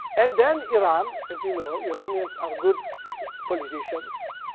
and then iran as you know, iranians are good politicians.